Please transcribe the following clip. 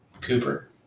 Cooper